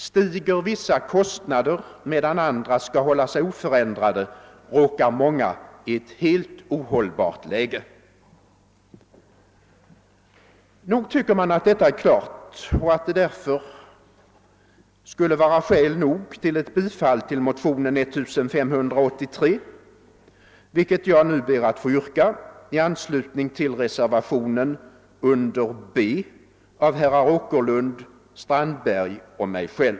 Stiger vissa kostnader medan andra skall hållas oförändrade, råkar många i ett helt ohållbart läge. Nog tycker man att detta är klart och att det därför skulle vara skäl nog till ett bifall till motionen 1583, vilket jag nu ber att få yrka i anslutning till reservationen under B av herrar Åkerlund och Strandberg och mig.